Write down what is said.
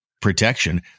protection